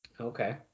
Okay